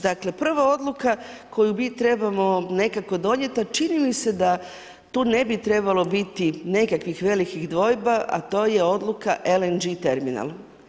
Dakle, prva odluka koju mi trebamo nekako donijeti, a čini mi se da tu ne bi trebalo biti nekakvih velikih dvojba, a to je odluka LNG terminal.